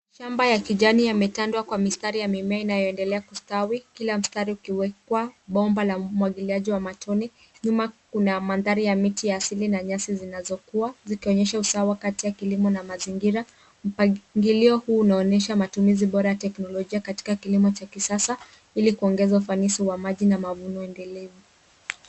Shamba ya kijani yametandwa kwa mistari ya mimea inayoendelea kustawi, kila mstari ukiwekwa bomba la umwagiliaji wa matone. Nyuma kuna mandhari ya miti ya asili na nyasi zinazokua, zikionyesha usawa kati ya kilimo na mazingira. Mpangilio huu unaonyesha matumizi bora ya kiteknolojia katika kilimo cha kisasa ili kuongeza ufanisi wa maji na mavuno endelevu.